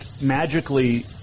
magically